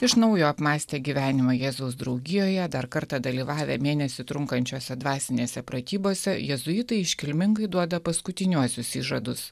iš naujo apmąstę gyvenimą jėzaus draugijoje dar kartą dalyvavę mėnesį trunkančiose dvasinėse pratybose jėzuitai iškilmingai duoda paskutiniuosius įžadus